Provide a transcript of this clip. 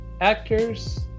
actors